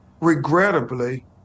regrettably